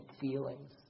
feelings